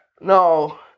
No